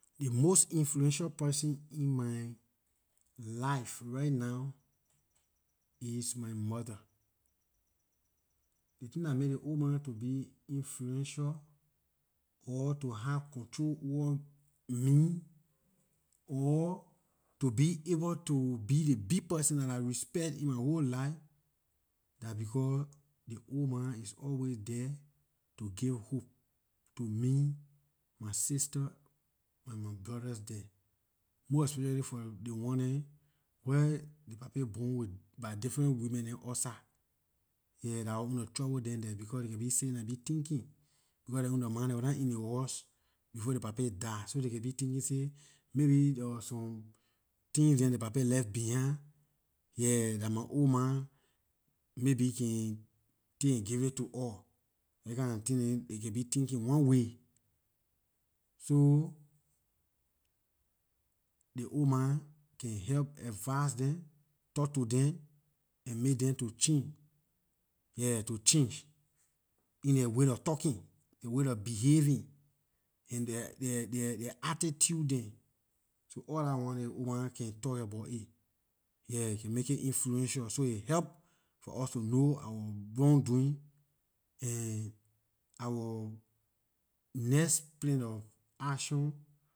The most influential person in my life right now is my mother. Ley thing dah make ley oldma to be influential or to have control over me or to be able to be the big person dah I respect in my whole life, dah becor ley oldma is always there to give hope to me, my sisters and my brothers dem. Most especially, ley one dem where ley papay born by different women dem outside. Yeah, dah our ownlor trouble dem there, becor they can be sitting down be thinking because their ownlor ma dem wor nah in ley house before ley papay die, so they can be thinking say maybe there was some things dem ley papay left behind dah my oldma maybe can take and give it to us. Those kinda things dem they can thinking one way, so ley oldma can help advise them, talk to them and make them to change, yeah to change in their way of talking, their way of behaving and their attitude dem so all dah one ley old can talk about it. Yeah it make it influential, so it help for us to know our wrong doing and our next plan of action